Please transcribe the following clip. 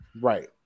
Right